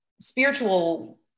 spiritual